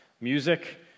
music